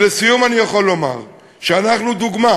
לסיום, אני יכול לומר שאנחנו דוגמה.